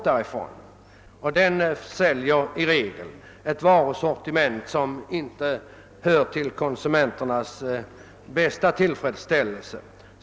Där säljs i regel ett varusortiment som inte ger konsumenterna det bästa för pengarna.